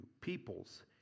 peoples